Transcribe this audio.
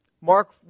Mark